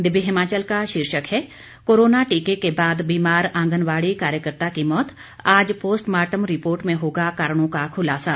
दिव्य हिमाचल का शीर्षक है कोरोना टीके के बाद बीमार आंगनबाड़ी कार्यकर्ता की मौत आज पोस्टमार्टम रिपोर्ट में होगा कारणों का खुलासा